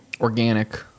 organic